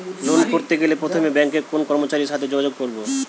Loan করতে গেলে প্রথমে ব্যাঙ্কের কোন কর্মচারীর সাথে যোগাযোগ করব?